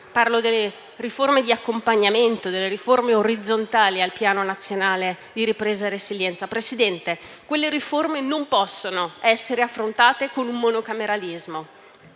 Parlo delle riforme di accompagnamento, delle riforme orizzontali al Piano nazionale di ripresa e resilienza. Presidente, quelle riforme non possono essere affrontate con un monocameralismo;